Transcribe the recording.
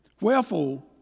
Wherefore